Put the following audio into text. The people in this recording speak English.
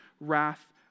wrath